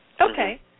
Okay